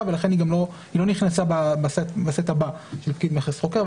ולכן היא גם לא נכנסה בסט הבא של פקיד מכס חוקר,